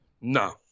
No